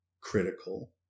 critical